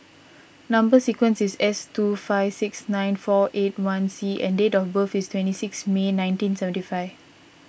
Number Sequence is S two five six nine four eight one C and date of birth is twenty six May nineteen seventy five